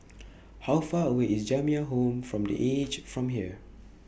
How Far away IS Jamiyah Home from The Aged from here